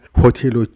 Hotel